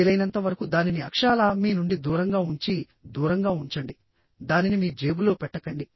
వీలైనంత వరకు దానిని అక్షరాలా మీ నుండి దూరంగా ఉంచి దూరంగా ఉంచండి దానిని మీ జేబులో పెట్టకండి